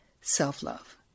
self-love